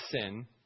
sin